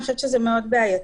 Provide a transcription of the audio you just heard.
אני חושבת שזה מאוד בעייתי.